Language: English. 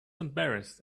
embarrassed